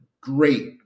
great